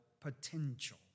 potential